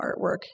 artwork